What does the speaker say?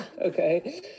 Okay